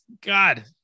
god